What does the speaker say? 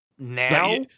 Now